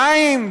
מים?